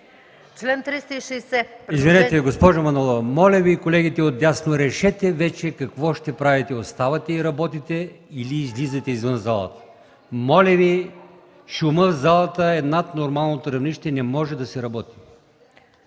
Моля Ви, госпожо Манолова! Моля Ви, колегите отдясно, решете вече какво ще правите – оставате и работите или излизате извън залата. Моля Ви! Шумът в залата е над нормалното равнище и не може да се работи!